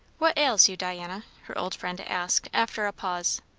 what ails you, diana? her old friend asked after a pause.